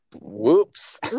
Whoops